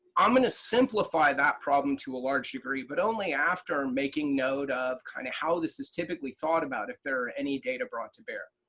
i'm going to simplify that problem to a large degree, but only after making note of, kind of, how this is typically thought about if there are any data brought to bear.